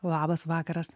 labas vakaras